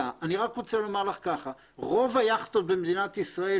אבל אני רוצה לומר לך שרוב היכטות במדינת ישראל,